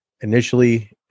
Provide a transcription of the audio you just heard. initially